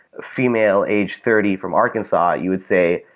female age thirty from arkansas, you would say,